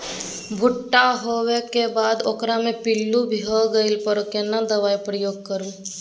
भूट्टा होबाक बाद ओकरा मे पील्लू भ गेला पर केना दबाई प्रयोग करू?